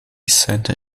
centre